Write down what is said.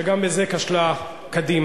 שגם בזה כשלה קדימה.